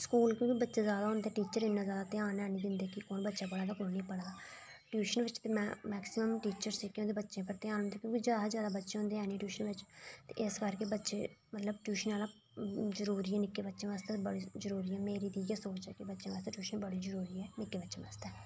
school क्योंकि बच्चे इन्ने जैदा होंदे ते टीचर इन्ना ध्यान निं दिंदे कि कु'न बच्चा पढ़ा दा ते कु'न नेईं पढ़ै दा ट्यूशन बिच मैक्सीमम टीचर जेह्के बच्चें पर ध्यान दिंदे जैदा कशा जैदा बच्चे होंदे हैन निं ट्यूशन बिच ते इस करियै बच्चे मतलब ट्यूशन आह्ला जरूरी निक्के बच्चे बास्तै जरूरी ऐ मेरी ते इ'यै सोच ऐ कि एजूकेशन बड़ी जरूरी ऐ निक्के बच्चें आस्तै